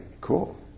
cool